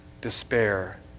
despair